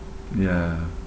ya